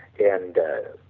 and